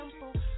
simple